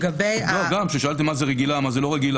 מדבר על זה ששאלתם מה זה רגילה ומה זה לא רגילה.